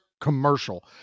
commercial